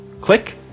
Click